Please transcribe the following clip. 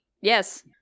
Yes